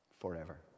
forever